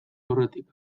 aurretik